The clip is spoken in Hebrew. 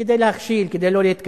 כדי להכשיל, כדי לא להתקדם.